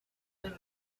would